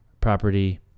property